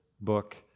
book